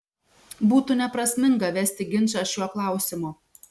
būtų neprasminga vesti ginčą šiuo klausimu